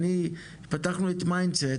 פתחנו את מיינדסט